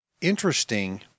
interesting